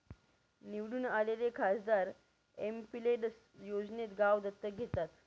निवडून आलेले खासदार एमपिलेड्स योजनेत गाव दत्तक घेतात